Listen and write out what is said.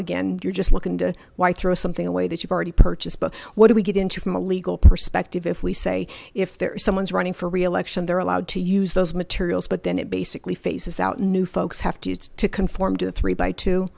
again you're just looking into why throw something away that you've already purchased but what do we get into from a legal perspective if we say if there someone's running for reelection they're allowed to use those materials but then it basically faces out new folks have to used to conform to three by t